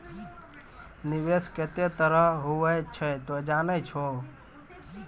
निवेश केतै तरह रो हुवै छै तोय जानै छौ